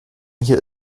hier